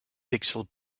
pixel